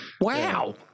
Wow